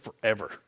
forever